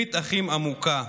ברית אחים עמוקה,